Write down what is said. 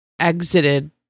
exited